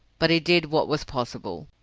but he did what was possible.